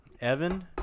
Evan